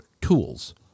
tools